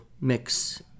mix